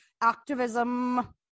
activism